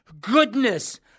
goodness